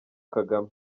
kagame